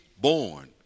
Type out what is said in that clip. born